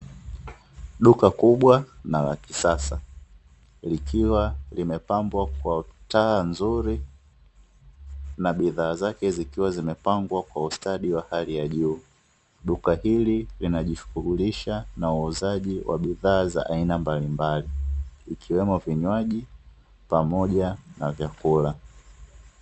Duka kubwa na la kisasa likiwa limepambwa kwa taa nzuri na bidhaa zake zikiwa zimepangwa kwa ustadi wa hali ya juu, duka hili linajishughulisha na uuzaji wa bidhaa za zikiwa aina mbalimbali ikiwemo vinywaji pamoja na vyakula.